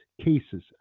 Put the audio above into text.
cases